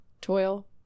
Toil